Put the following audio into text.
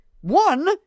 One